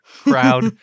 crowd